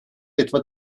etwa